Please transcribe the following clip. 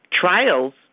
trials